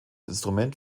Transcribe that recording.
instrument